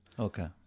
Okay